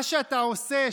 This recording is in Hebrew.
מה שאתה עושה,